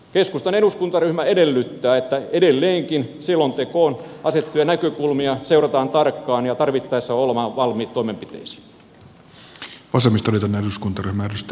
keskustan eduskuntaryhmä edellyttää että edelleenkin selontekoon asetettuja näkökulmia seurataan tarkkaan ja tarvittaessa ollaan valmiita toimenpiteisiin